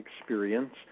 experience